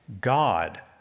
God